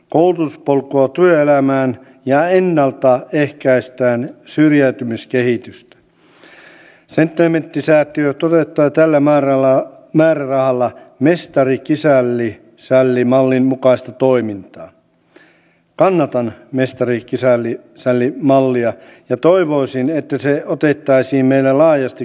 aiemmin otettiin esimerkki eläkeuudistuksesta hyvänä esimerkkinä vaikka se itse asiassa onkin parhaita esimerkkejä huonosta esimerkistä siitä miten sdp on vatuloinut tässä maassa ja harjoittanut jarrutuspolitiikkaa jonka ei anneta enää tällä kaudella jatkua